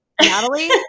Natalie